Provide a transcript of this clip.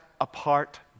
apart